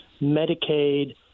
Medicaid